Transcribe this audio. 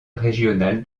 régional